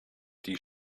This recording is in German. die